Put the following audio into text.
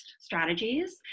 strategies